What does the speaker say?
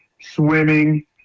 Swimming